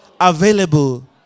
available